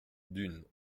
dunes